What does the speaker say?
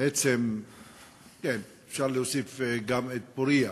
בעצם כן, אפשר להוסיף גם את פוריה,